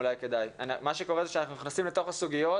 מה שקורה זה שאנחנו נכנסים לתוך הסוגיות,